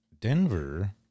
Denver